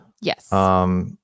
Yes